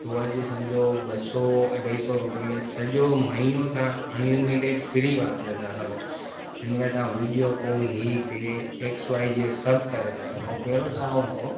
त उहो अॼु सम्झो ॿ सौ अढाई सौ रुपये में सॼो महीनो तव्हां अनलिमिटेड फ्री वापरे था सघो हिन में तव्हां वीडियो कॉल हीअ ते एक्स वाय जेड सभु करे था सघू पहिरियों छा हूंदो हो